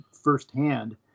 firsthand